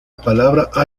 palabra